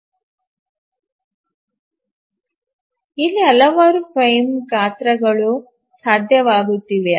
ಲ್ಲಿ ಹಲವಾರು ಫ್ರೇಮ್ ಗಾತ್ರಗಳು ಸಾಧ್ಯವಾಗುತ್ತಿವೆ